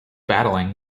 battling